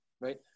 right